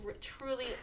truly